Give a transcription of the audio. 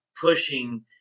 pushing